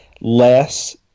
less